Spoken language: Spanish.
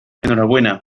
enhorabuena